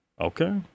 Okay